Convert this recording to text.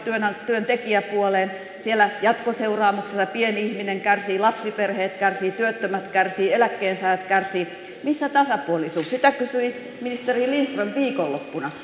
työntekijäpuoleen siellä jatkoseuraamuksena pieni ihminen kärsii lapsiperheet kärsivät työttömät kärsivät eläkkeensaajat kärsivät missä tasapuolisuus sitä kysyi ministeri lindström viikonloppuna